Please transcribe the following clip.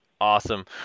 Awesome